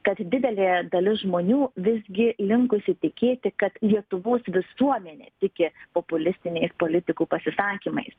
kad didelė dalis žmonių visgi linkusi tikėti kad lietuvos visuomenė tiki populistiniais politikų pasisakymais